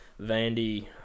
Vandy